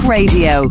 Radio